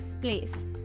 Place